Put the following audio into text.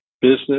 business